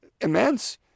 immense